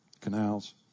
canals